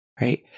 Right